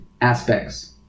aspects